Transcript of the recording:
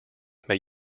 may